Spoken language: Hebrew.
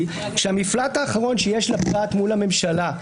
שהמפלט האחרון שיש לפרט מול הממשלה,